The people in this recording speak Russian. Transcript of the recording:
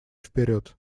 вперед